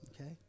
okay